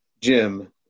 Jim